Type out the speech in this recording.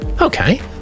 okay